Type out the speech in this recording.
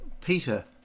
Peter